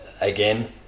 Again